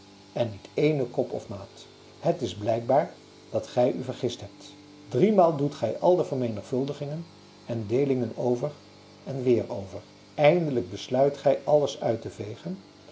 en niet ééne kop of maat het is blijkbaar dat gij u vergist hebt driemaal doet gij al de vermenigvuldigingen en deelingen over en weer over eindelijk besluit gij alles uit te veegen